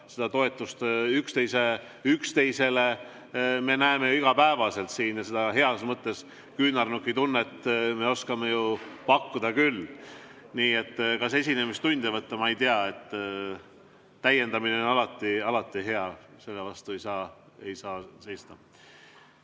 Seda toetust üksteisele me näeme ju igapäevaselt siin ja seda heas mõttes küünarnukitunnet me oskame pakkuda küll. Nii et kas esinemistunde võtta, ma ei tea. Täiendamine on alati hea, selle vastu ei saa seista.